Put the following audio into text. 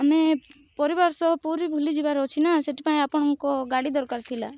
ଆମେ ପରିବାର ସହ ପୁରୀ ବୁଲି ଯିବାର ଅଛି ନା ସେଥିପାଇଁ ଆପଣଙ୍କ ଗାଡ଼ି ଦରକାର ଥିଲା